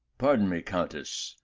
pardon me, countess,